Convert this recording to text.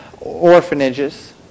orphanages